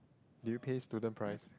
do you pay student price